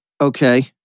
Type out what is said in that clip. Okay